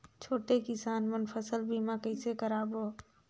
छोटे किसान मन फसल बीमा कइसे कराबो?